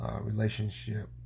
relationship